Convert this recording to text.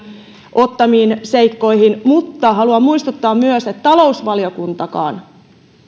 ottamiin seikkoihin mutta haluan muistuttaa myös että talousvaliokuntakaan